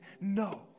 No